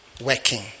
working